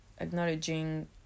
acknowledging